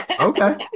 Okay